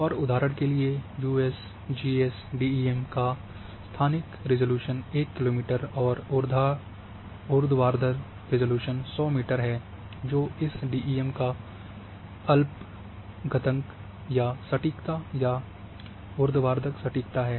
और उदाहरण के लिए यूएसजीएस डीईएम का स्थानिक रिज़ॉल्यूशन 1 किलोमीटर और ऊर्ध्वाधर रिज़ॉल्यूशन 100 मीटर है जो इस डीईएम का अल्पत घंटा या सटीकता या ऊर्ध्वाधर सटीकता है